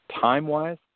time-wise